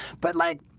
but like